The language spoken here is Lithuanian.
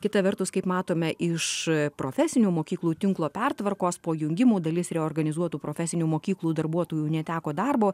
kita vertus kaip matome iš profesinių mokyklų tinklo pertvarkos po jungimo dalis reorganizuotų profesinių mokyklų darbuotojų neteko darbo